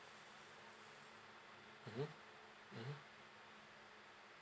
mmhmm mmhmm